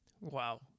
Wow